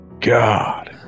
god